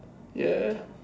ya